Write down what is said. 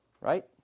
right